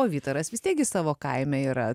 o vytaras vis tiek gi savo kaime yra